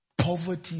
Poverty